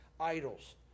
Idols